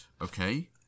okay